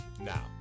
now